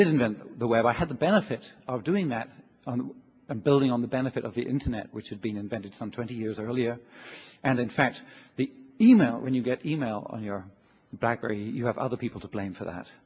invent the web i had the benefit of doing that and building on the benefit of the internet which had been invented some twenty years earlier and in fact the e mail when you get e mail on your blackberry you have other people to blame for that